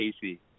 Casey